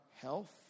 health